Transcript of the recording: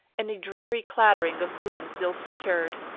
and a dreary clattering of booms ill-secured.